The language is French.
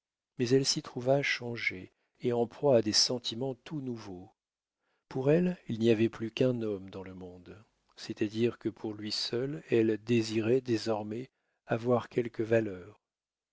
mais elle s'y trouva changée et en proie à des sentiments tout nouveaux pour elle il n'y avait plus qu'un homme dans le monde c'est-à-dire que pour lui seul elle désirait désormais avoir quelque valeur